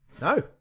no